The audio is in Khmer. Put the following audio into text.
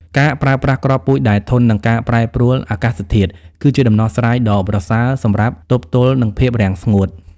ការប្រើប្រាស់គ្រាប់ពូជដែលធន់នឹងការប្រែប្រួលអាកាសធាតុ គឺជាដំណោះស្រាយដ៏ប្រសើរសម្រាប់ទប់ទល់នឹងភាពរាំងស្ងួត។